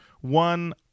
One